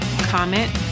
comment